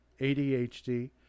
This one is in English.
ADHD